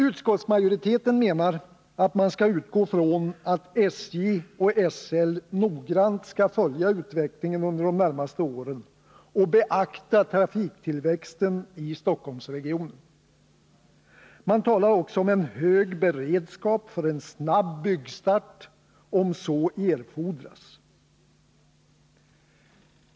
Utskottsmajoriteten menar att man skall utgå från att SJ och SL noggrant följer utvecklingen under de närmaste åren och beaktar trafiktillväxten i Stockholmsregionen. Man talar också om en hög beredskap för en snabb byggstart, om så erfordras.